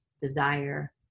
desire